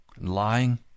lying